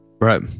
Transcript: Right